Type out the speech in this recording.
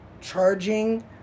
charging